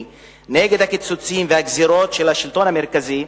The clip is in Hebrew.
נגד הקיצוצים והגזירות של השלטון המרכזי,